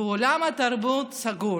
ועולם התרבות סגור.